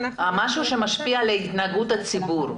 משהו שמשפיע על התנהגות הציבור,